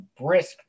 brisk